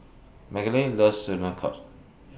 Magdalene loves Sauerkraut